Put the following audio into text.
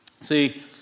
See